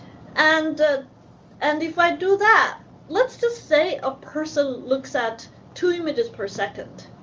and and if i do that let's just say a person looks at two images per second,